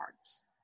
cards